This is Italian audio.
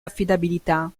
affidabilità